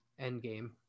Endgame